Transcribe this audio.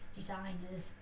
designers